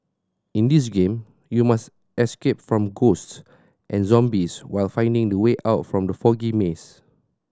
in this game you must escape from ghosts and zombies while finding the way out from the foggy maze